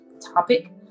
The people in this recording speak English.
topic